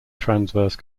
transverse